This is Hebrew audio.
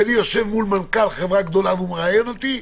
וכשאני יושב מול מנכ"ל של חברה גדולה והוא מראיין אותי,